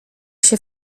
się